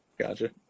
Gotcha